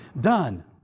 done